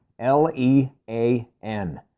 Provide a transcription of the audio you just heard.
L-E-A-N